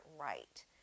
right